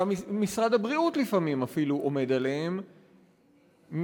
שמשרד הבריאות אפילו לפעמים עומד עליהם,